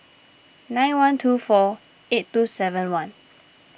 nine one two four eight two seven one